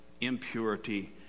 impurity